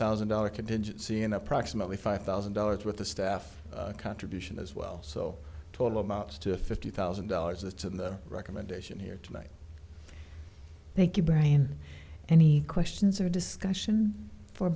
thousand dollar contingency and approximately five thousand dollars with the staff contribution as well so total amounts to fifty thousand dollars it's in the recommendation here tonight thank you brain any questions or discussion for